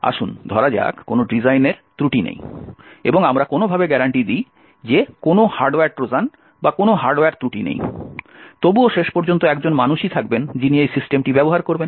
আসুন ধরা যাক কোনও ডিজাইনের ত্রুটি নেই এবং আমরা কোনওভাবে গ্যারান্টি দিই যে কোনও হার্ডওয়্যার ট্রোজান বা কোনও হার্ডওয়্যার ত্রুটি নেই তবুও শেষ পর্যন্ত একজন মানুষই থাকবেন যিনি এই সিস্টেমটি ব্যবহার করবেন